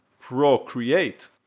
procreate